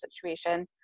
situation